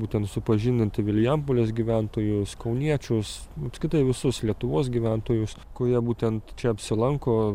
būtent supažindinti vilijampolės gyventojus kauniečius apskritai visus lietuvos gyventojus kurie būtent čia apsilanko